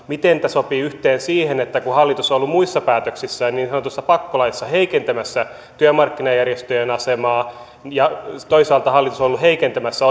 miten tämä sopii yhteen sen kanssa kun hallitus on muissa päätöksissään niin sanotussa pakkolaissa heikentämässä työmarkkinajärjestöjen asemaa ja toisaalta hallitus on ollut heikentämässä